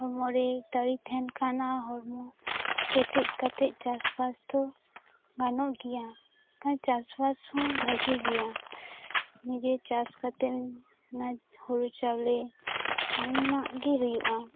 ᱦᱚᱲᱢᱚ ᱨᱤ ᱫᱟᱲᱮ ᱛᱟᱦᱮᱱ ᱠᱷᱟᱱ ᱢᱟ ᱦᱚᱲᱢᱚ ᱠᱮᱴᱮᱡ ᱠᱟᱛᱮ ᱪᱟᱥ ᱵᱟᱥ ᱫᱚ ᱜᱟᱱᱚᱜ ᱜᱮᱭᱟ ᱪᱟᱥ ᱵᱟᱥ ᱦᱚᱸ ᱵᱷᱟᱜᱮ ᱜᱮᱭᱟ ᱱᱤᱡᱮ ᱪᱟᱥ ᱠᱟᱛᱮᱢᱚᱱᱟ ᱦᱳᱲᱳ ᱪᱟᱣᱞᱮ ᱚᱱᱚᱱᱟᱜ ᱜᱮ ᱦᱩᱭᱩᱜᱼᱟ